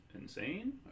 insane